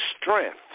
strength